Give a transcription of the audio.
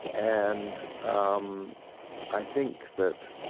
and um i think that,